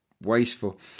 wasteful